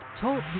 Talk